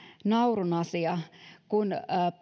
naurun asia kun